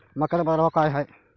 मक्याचा बाजारभाव काय हाय?